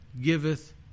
giveth